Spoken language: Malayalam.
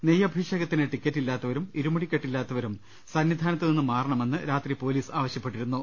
നെയ്യഭിഷേകത്തിന് ടിക്കറ്റ് ഇല്ലാത്തവരും ഇരുമുടിക്കെട്ടില്ലാത്തവരും സന്നി ധാനത്ത് നിന്നും മാറണമെന്ന് രാത്രി പൊലീസ് ആവശ്യപ്പെട്ടിരുന്നു